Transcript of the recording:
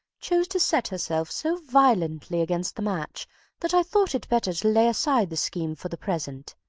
chose to set herself so violently against the match that i thought it better to lay aside the scheme for the present.